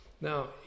Now